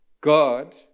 God